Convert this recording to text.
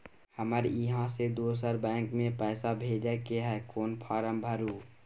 हमरा इहाँ से दोसर बैंक में पैसा भेजय के है, कोन फारम भरू?